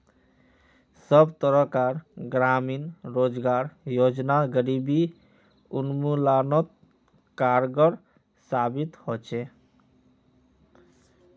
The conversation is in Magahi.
सब तरह कार ग्रामीण रोजगार योजना गरीबी उन्मुलानोत कारगर साबित होछे